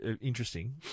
interesting